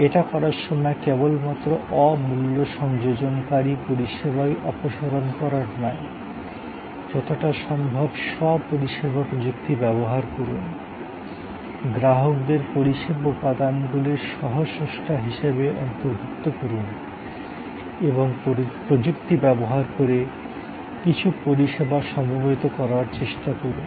এটা করার সময় কেবলমাত্র অ মূল্য সংযোজনকারী পরিষেবাই অপসারণ করার নয় যতটা সম্ভব স্ব পরিষেবা প্রযুক্তি ব্যবহার করুন গ্রাহকদের পরিষেবা উপাদানগুলির সহ স্রষ্টা হিসাবে অন্তর্ভুক্ত করুন এবং প্রযুক্তি ব্যবহার করে কিছু পরিষেবা সমবেত করার চেষ্টা করুন